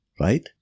right